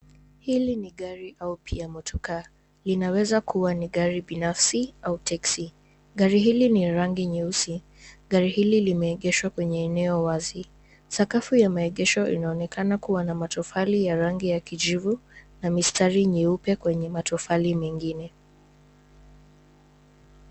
Hili ni gari au pia motokaa, linaweza kuwa ni gari binafsi au teksi. Gari hili ni la rangi nyeusi. Gari hili limeegeshwa kwenye eneo wazi. Sakafu ya maegesho inaonekana kuwa na matofali ya rangi ya kijivu na mistari meupe kwenye matofali mengine.